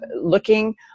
looking